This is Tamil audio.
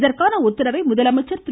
இதற்கான உத்தரவை முதலமைச்சர் திரு